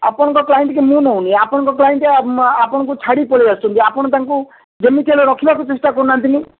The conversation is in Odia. ଆପଣଙ୍କ କ୍ଲାଇଣ୍ଟକୁ ମୁଁ ନେଉନି ଆପଣଙ୍କ କ୍ଲାଇଣ୍ଟ ମା ଆପଣଙ୍କୁ ଛାଡ଼ି ପଳେଇ ଆସୁଛନ୍ତି ଆପଣ ତାଙ୍କୁ ଯେମିତି ହେଲେ ରଖିବାକୁ ଚେଷ୍ଟା କରୁନାହାଁନ୍ତି ନି